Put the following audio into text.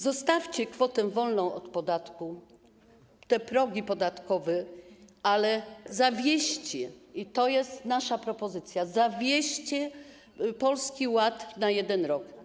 Zostawcie kwotę wolną od podatku, te progi podatkowe, ale zawieście, i to jest nasza propozycja, Polski Ład na 1 rok.